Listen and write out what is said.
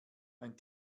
ein